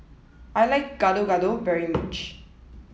I like Gado Gado very much